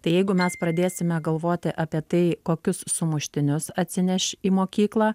tai jeigu mes pradėsime galvoti apie tai kokius sumuštinius atsineš į mokyklą